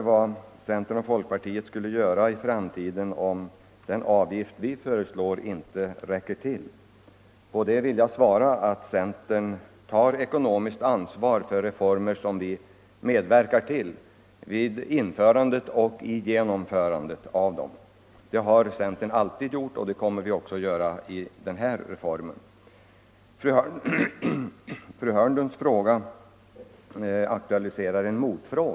Vad kommer regeringen att göra om uttaget med 0,4 96 visar sig vara för högt?